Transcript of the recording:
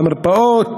במרפאות,